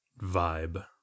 vibe